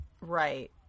Right